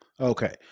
Okay